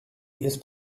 ist